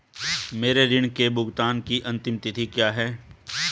मेरे ऋण के भुगतान की अंतिम तिथि क्या है?